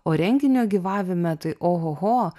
o renginio gyvavime tai ohoho